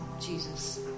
Jesus